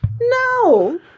No